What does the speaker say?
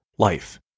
Life